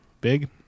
big